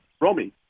Romy